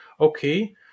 okay